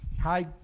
hi